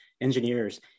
engineers